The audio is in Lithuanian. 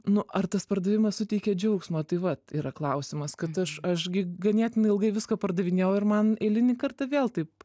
nu ar tas pardavimas suteikia džiaugsmo tai vat yra klausimas kad aš aš gi ganėtinai ilgai viską pardavinėjau ir man eilinį kartą vėl taip